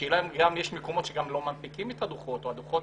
השאלה אם יש מקומות שלא מנפיקים את הדוחות או לפעמים